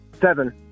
Seven